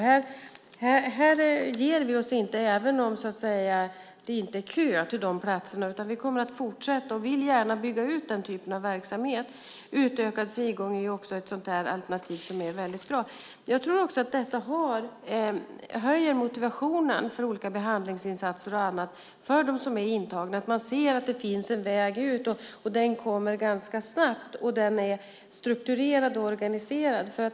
Här ger vi oss inte även om det så att säga inte är kö till de platserna, utan vi kommer att fortsätta och vill gärna bygga ut den typen av verksamhet. Utökad frigång är också ett sådant alternativ som är väldigt bra. Jag tror också att det höjer motivationen för olika behandlingsinsatser och annat för dem som är intagna att man ser att det finns en väg ut, att den kommer ganska snabbt och att den är strukturerad och organiserad.